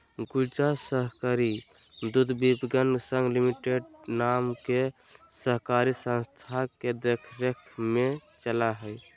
गुजरात सहकारी दुग्धविपणन संघ लिमिटेड नाम के सहकारी संस्था के देख रेख में चला हइ